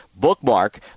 Bookmark